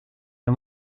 can